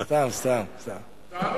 סתם, סתם, סתם.